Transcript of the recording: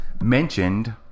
mentioned